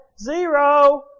Zero